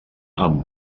amb